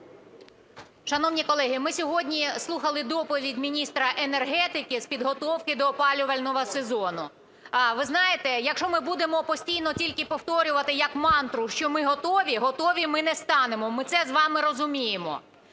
Шановні колеги, ми сьогодні слухали доповідь міністра енергетики з підготовки до опалювального сезону. Ви знаєте, якщо ми будемо постійно тільки повторювати як мантру, що ми готові, готові ми не станемо, ми це з вами розуміємо.